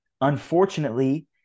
Unfortunately